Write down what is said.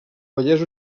vallès